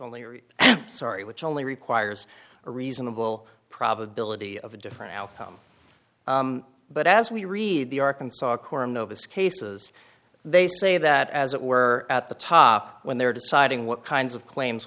only sorry which only requires a reasonable probability of a different outcome but as we read the arkansas corum notice cases they say that as it were at the top when they're deciding what kinds of claims